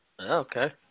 Okay